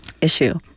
issue